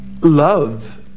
love